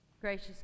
Gracious